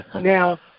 Now